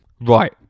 Right